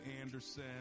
Anderson